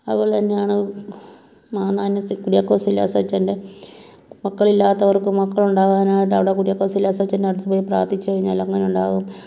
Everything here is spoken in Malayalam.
അതുപോലെ തന്നെയാണ് മാന്നാനം ശ്രീ കുര്യാക്കോസ് ഏലിയാസ് അച്ചൻ്റെ മക്കളിത്തവർക്ക് മക്കളുണ്ടാകാനായിട്ട് കുര്യാക്കോസ് ഏലിയാസ് അച്ചൻ്റെ അടുത്ത് പോയി പ്രാർഥിച്ച് കഴിഞ്ഞാലങ്ങനെ ഉണ്ടാകും